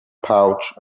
pouch